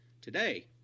today